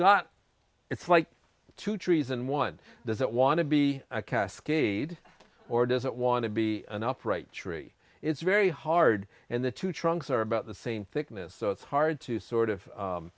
got it's like two trees and one doesn't want to be a cascade or doesn't want to be an upright tree it's very hard and the two trunks are about the same thickness so it's hard to sort of